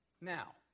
Now